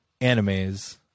animes